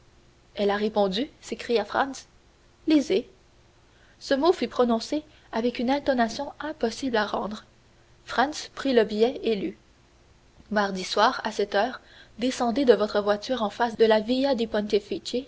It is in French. elle a répondu s'écria franz lisez ce mot fut prononcé avec une intonation impossible à rendre franz prit le billet et lut mardi soir à sept heures descendez de votre voiture en face de la via